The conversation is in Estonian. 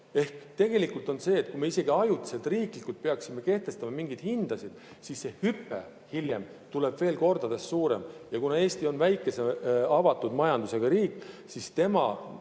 43%. Tegelikult on nii, et kui me isegi ajutiselt riiklikult peaksime kehtestama mingeid hindasid, siis see hüpe hiljem tuleb veel kordades suurem. Ja kuna Eesti on väikese avatud majandusega riik, siis tema